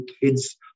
Kids